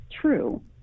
true